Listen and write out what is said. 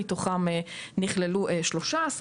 מתוכם נכללו כ-13,